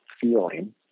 feeling